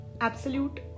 absolute